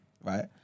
right